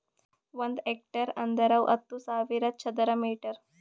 ಒಂದ್ ಹೆಕ್ಟೇರ್ ಅಂದರ ಹತ್ತು ಸಾವಿರ ಚದರ ಮೀಟರ್